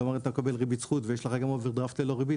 כלומר אתה מקבל ריבית זכות ויש לך גם אוברדראפט ללא ריבית,